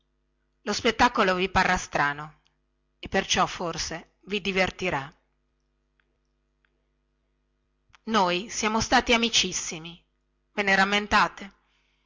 lo spettacolo vi parrà strano e perciò forse vi divertirà noi siamo stati amicissimi ve ne rammentate